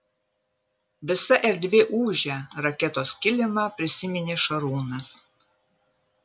visa erdvė ūžia raketos kilimą prisiminė šarūnas